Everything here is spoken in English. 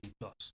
Plus